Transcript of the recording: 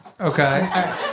Okay